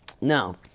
No